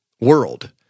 world